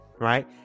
Right